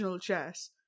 chess